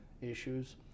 issues